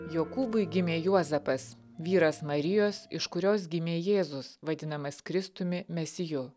jokūbui gimė juozapas vyras marijos iš kurios gimė jėzus vadinamas kristumi mesiju